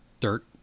Dirt